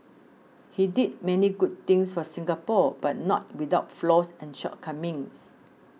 he did many good things for Singapore but not without flaws and shortcomings